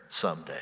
someday